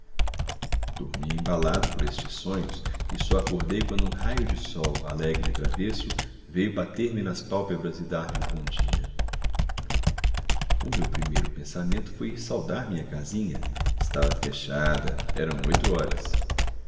dormi embalado por estes sonhos e só acordei quando um raio de sol alegre e travesso veio bater-me nas pálpebras e dar-me o bom dia o meu primeiro pensamento foi ir saudar a minha casinha estava fechada eram oito horas